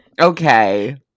okay